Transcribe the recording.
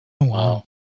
Wow